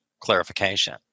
clarification